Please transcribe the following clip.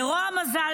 לרוע המזל,